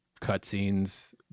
cutscenes